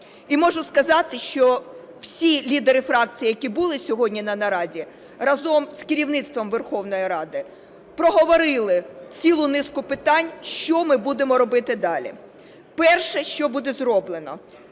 І можу сказати, що всі лідери фракцій, які були сьогодні на нараді, разом з керівництвом Верховної Ради проговорили цілу низку питань, що ми будемо робити далі. Перше, що буде зроблено.